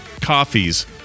coffees